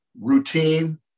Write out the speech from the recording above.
routine